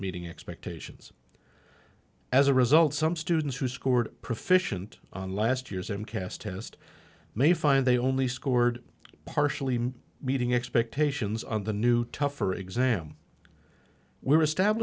meeting expectations as a result some students who scored proficient on last year's and cast test may find they only scored partially meeting expectations on the new tougher exam we